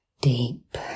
deep